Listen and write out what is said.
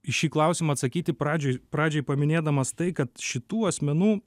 į šį klausimą atsakyti pradžioj pradžioj paminėdamas tai kad šitų asmenų